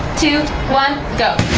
two, one, go!